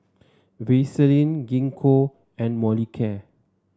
Vaselin Gingko and Molicare